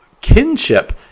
kinship